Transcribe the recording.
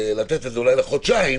לתת אולי לחודשיים,